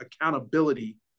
accountability